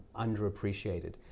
underappreciated